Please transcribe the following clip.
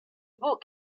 book